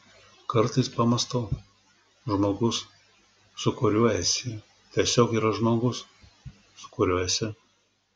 kartais pamąstau žmogus su kuriuo esi tiesiog yra žmogus su kuriuo esi